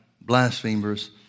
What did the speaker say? blasphemers